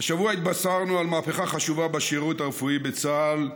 השבוע התבשרנו על מהפכה חשובה בשירות הרפואי בצה"ל.